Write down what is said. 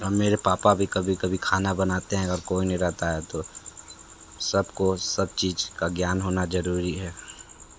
और मेरे पापा भी कभी कभी खाना बनाते हैं अगर कोई नहीं रहता है तो सब को सब चीज़ का ज्ञान होना ज़रूरी है